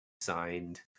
signed